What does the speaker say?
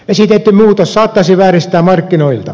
esitetty muutos saattaisi vääristää markkinoita